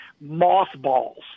Mothballs